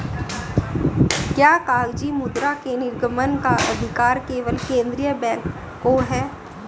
क्या कागजी मुद्रा के निर्गमन का अधिकार केवल केंद्रीय बैंक को है?